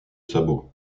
sabot